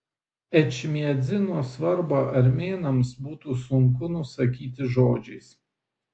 ečmiadzino svarbą armėnams būtų sunku nusakyti žodžiais